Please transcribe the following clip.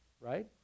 right